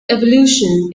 evolution